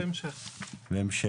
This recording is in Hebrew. בהמשך.